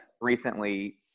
recently